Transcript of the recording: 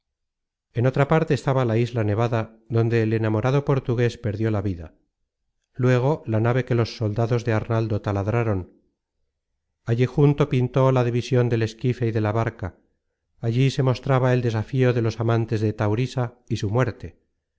en otra parte estaba la isla nevada donde el enamorado portugues perdió la vida luego la nave que los soldados de arnaldo taladraron allí junto pintó la division del esquife y de la barca allí se mostraba el desafío de los amantes de taurisa y su muerte